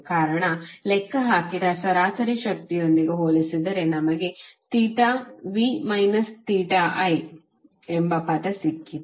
ಕಾರಣ ಅದನ್ನು ಲೆಕ್ಕ ಹಾಕಿದ ಸರಾಸರಿ ಶಕ್ತಿಯೊಂದಿಗೆ ಹೋಲಿಸಿದರೆ ನಮಗೆ theta v minus theta i ಎಂಬ ಪದ ಸಿಕ್ಕಿತು